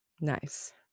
Nice